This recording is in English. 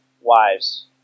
wives